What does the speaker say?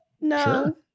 No